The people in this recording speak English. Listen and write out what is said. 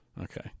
okay